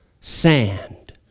Sand